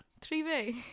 three-way